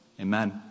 amen